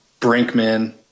Brinkman